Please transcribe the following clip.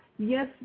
Yes